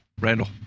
Randall